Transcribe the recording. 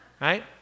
Right